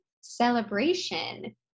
celebration